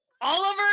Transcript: oliver